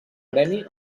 premi